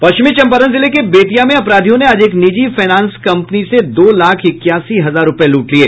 पश्चिमी चंपारण जिले के बेतिया में अपराधियों ने आज एक निजी फायनांस कंपनी से दो लाख इक्यासी हजार रूपये लूट लिये